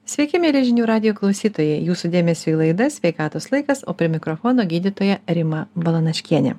sveiki mieli žinių radijo klausytojai jūsų dėmesiui laida sveikatos laikas o prie mikrofono gydytoja rima balanaškienė